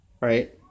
right